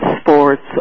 sports